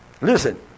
listen